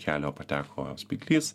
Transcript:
kelio pateko spyglys